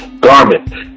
garment